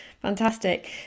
Fantastic